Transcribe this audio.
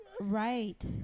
Right